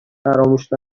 فراموش